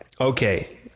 okay